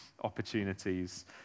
opportunities